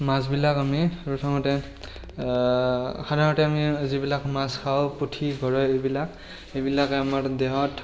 মাছবিলাক আমি প্ৰথমতে সাধাৰণতে আমি যিবিলাক মাছ খাওঁ পুঠি গৰৈ এইবিলাক সেইবিলাকে আমাৰ দেহত